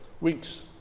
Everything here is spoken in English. weeks